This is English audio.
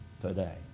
today